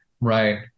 Right